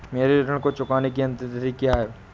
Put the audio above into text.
मेरे ऋण को चुकाने की अंतिम तिथि क्या है?